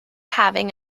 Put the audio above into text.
having